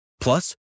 Plus